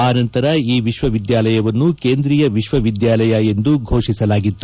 ಆ ನಂತರ ಈ ವಿಶ್ವವಿದ್ಯಾಲಯವನ್ನು ಕೇಂದ್ರೀಯ ವಿಶ್ವವಿದ್ಯಾಲಯ ಎಂದು ಘೋಷಿಸಲಾಗಿತ್ತು